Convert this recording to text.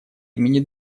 имени